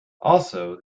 also